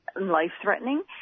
life-threatening